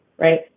right